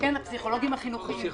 כן, הפסיכולוגים החינוכיים.